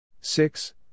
six